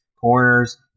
corners